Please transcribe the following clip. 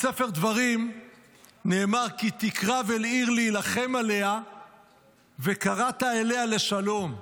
בספר דברים נאמר: "כי תקרב אל עיר להלחם עליה וקראת אליה לשלום"